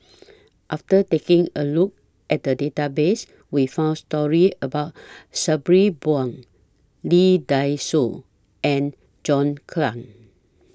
after taking A Look At The Database We found stories about Sabri Buang Lee Dai Soh and John Clang